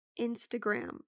Instagram